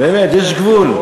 באמת, יש גבול.